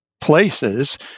places